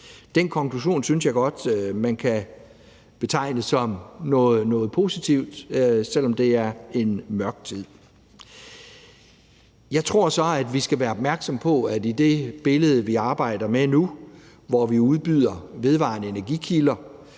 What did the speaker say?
Den konklusion synes jeg godt man kan betegne som noget positivt, selv om det er en mørk tid. Jeg tror så, at vi skal være opmærksomme på, at i det billede, vi arbejder med nu, hvor vi udbyder vedvarende energikilder,